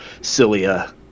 cilia